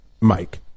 Mike